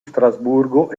strasburgo